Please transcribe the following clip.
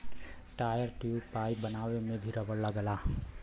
tyre, tube, pipe बनावे में भी रबड़ लगला